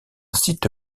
site